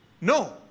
No